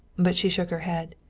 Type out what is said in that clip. but she shook her head.